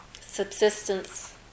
subsistence